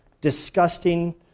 disgusting